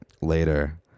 later